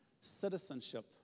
citizenship